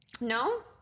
No